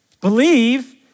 Believe